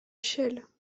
chelles